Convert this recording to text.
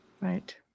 Right